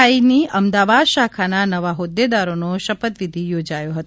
આઇની અમદાવાદ શાખાના નવા હોદેદારોને શપથવિધિ યોજાયો હતો